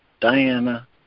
Diana